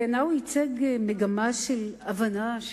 בעיני הוא ייצג מגמה של הבנה,